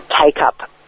take-up